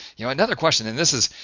you know another question and this is.